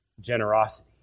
generosity